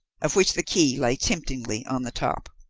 of which the key lay temptingly on the top.